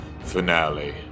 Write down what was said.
finale